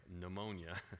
pneumonia